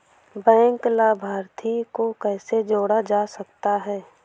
Bank लाभार्थी को कैसे जोड़ा जा सकता है?